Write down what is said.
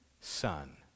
Son